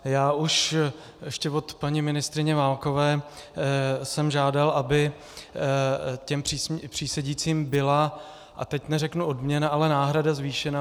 Já ještě od paní ministryně Válkové jsem žádal, aby přísedícím byla a teď neřeknu odměna, ale náhrada zvýšena.